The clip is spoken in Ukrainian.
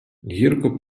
гірко